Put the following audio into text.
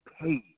paid